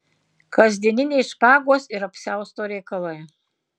kasdieniniai špagos ir apsiausto reikalai